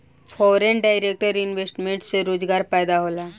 foreign direct investment से रोजगार पैदा होला